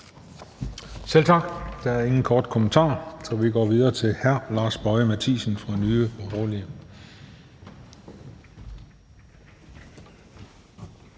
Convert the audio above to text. Selv tak. Der er ingen korte bemærkninger, så vi går videre til hr. Lars Boje Mathiesen fra Nye Borgerlige.